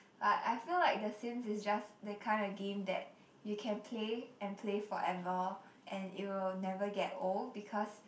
but I feel like the Sims is just the kind of game that you can play and play forever and it will never get old because